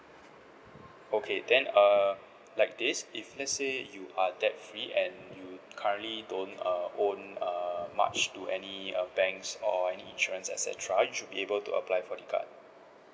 okay then err like this if let's say you are debt free and you currently don't uh own uh much to any banks or any insurance et cetera you should be able to apply for the card